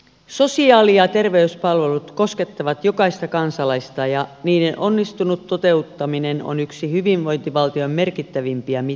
sosiaali ja terveyspalvelut koskettavat jokaista kansalaista ja niiden onnistunut toteuttaminen on yksi hyvinvointivaltion merkittävimpiä mittareita